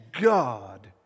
God